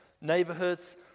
neighborhoods